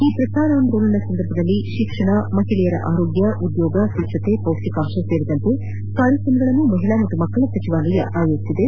ಈ ಪ್ರಚಾರಾಂದೋಲನ ಸಂದರ್ಭದಲ್ಲಿ ಶಿಕ್ಷಣ ಮಹಿಳೆಯರ ಆರೋಗ್ವ ಉದ್ದೋಗ ಸ್ವಚ್ದತೆ ಪೌಷ್ಟಿಕಾಂಶ ಕುರಿತಂತೆ ಕಾರ್ಯಕ್ರಮಗಳನ್ನು ಮಹಿಳಾ ಮತ್ತು ಮಕ್ಕಳ ಸಚಿವಾಲಯ ಆಯೋಜಿಸಿದೆ